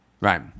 Right